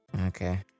okay